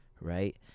right